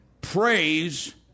praise